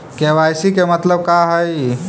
KYC के मतलब का हई?